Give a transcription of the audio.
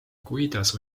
kuidas